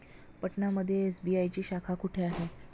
पटना मध्ये एस.बी.आय ची शाखा कुठे आहे?